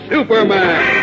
Superman